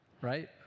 Right